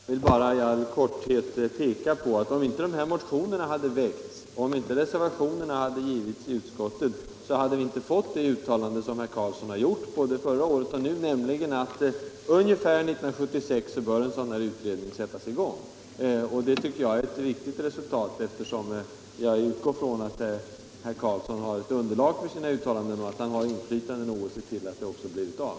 Herr talman! Jag vill bara i all korthet peka på att om inte motionerna hade väckts och om inte reservationerna hade avgivits i utskottet, så hade vi inte fått det uttalande som herr Karlsson gjort både förra året och i år, nämligen att en sådan utredning som där föreslås bör sättas i gång omkring 1976. Det tycker jag är ett viktigt resultat, eftersom jag utgår ifrån att herr Karlsson har ett underlag för sina uttalanden och att han har inflytande nog att se till att utredningen också blir av.